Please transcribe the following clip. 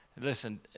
listen